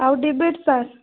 ଆଉ debate sir